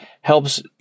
helps